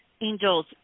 angels